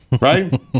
Right